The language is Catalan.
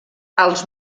els